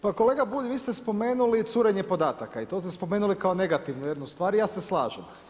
Pa kolega Bulj, vi ste spomenuli curenje podataka i to ste spomenuli kao negativnu jednu stvar i ja se slažem.